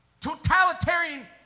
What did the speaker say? totalitarian